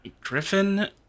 Griffin